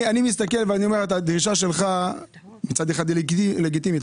אני מסתכל ואני אומר שהדרישה שלך מצד אחד היא לגיטימית.